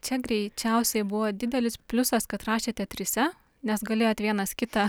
čia greičiausiai buvo didelis pliusas kad rašėte trise nes galėjot vienas kitą